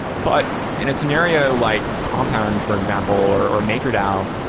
but in a scenario like compound, for example, or or maker dao,